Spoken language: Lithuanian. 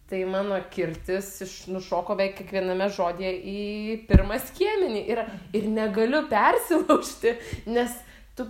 tai mano kirtis iš nušoko beveik kiekviename žodyje į pirmą skiemenį ir ir negaliu persilaužti nes tu